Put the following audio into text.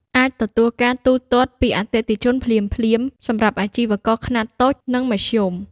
អាចទទួលការទូទាត់ពីអតិថិជន ភ្លាមៗ សម្រាប់អាជីវករខ្នាតតូច និងមធ្យម។